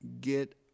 get